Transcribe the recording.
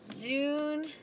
June